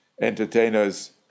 entertainers